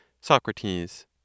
SOCRATES